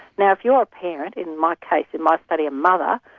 now if you are a parent, in my case, in my study a mother,